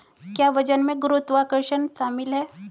क्या वजन में गुरुत्वाकर्षण शामिल है?